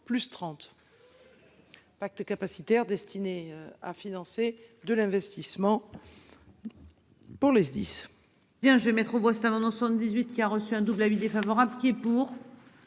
plus 30. Pacte capacitaire destiné à financer de l'investissement. Pour les SDIS. Bien je vais mettre aux voix Steinman dans 78 qui a reçu un double avis défavorable qui est pour.